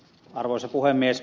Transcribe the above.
arvoisa puhemies